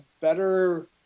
better